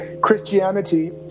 Christianity